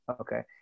Okay